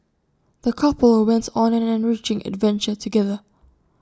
the couple went on an enriching adventure together